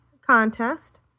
contest